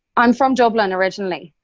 i'm from dublin originally.